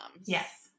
Yes